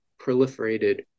proliferated